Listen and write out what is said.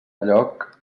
lloc